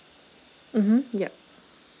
mmhmm yup